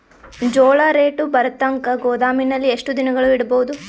ಜೋಳ ರೇಟು ಬರತಂಕ ಗೋದಾಮಿನಲ್ಲಿ ಎಷ್ಟು ದಿನಗಳು ಯಿಡಬಹುದು?